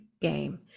game